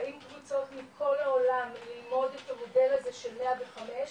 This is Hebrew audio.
באות קבוצות מכל העולם ללמוד את המודל הזה של 105,